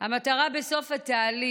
המטרה בסוף התהליך,